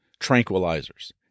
tranquilizers